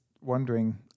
wondering